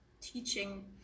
teaching